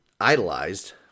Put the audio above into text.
idolized